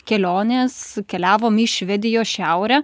kelionės keliavom į švedijos šiaurę